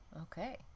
Okay